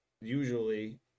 usually